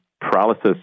paralysis